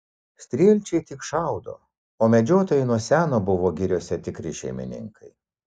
strielčiai tik šaudo o medžiotojai nuo seno buvo giriose tikri šeimininkai